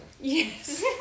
Yes